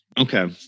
Okay